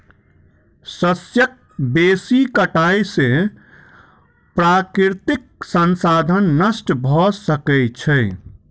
शस्यक बेसी कटाई से प्राकृतिक संसाधन नष्ट भ सकै छै